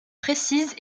précise